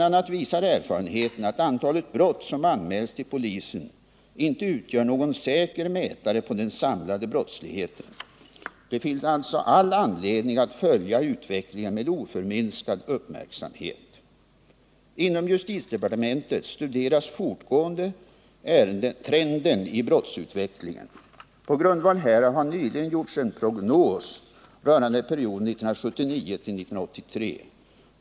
a. visar erfarenheten att antalet brott som anmäls till polisen inte utgör någon säker mätare på den samlade brottsligheten. Det finns alltså all anledning att följa utvecklingen med oförminskad uppmärksamhet. Inom justitiedepartementet studeras fortgående trenden i brottsutvecklingen. På grundval härav har det nyligen gjorts en prognos rörande perioden 1979-1983.